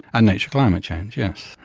and nature climate change, yes.